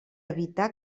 evitar